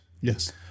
Yes